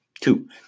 two